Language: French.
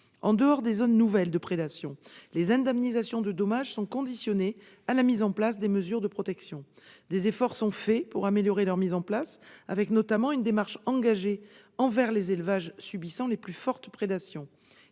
En dehors des zones nouvelles de prédation, les indemnisations de dommages sont subordonnées à la mise en place de mesures de protection. Des efforts sont faits à cette fin, avec notamment une démarche engagée auprès des élevages subissant les plus fortes prédations.